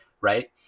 right